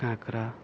काँक्रा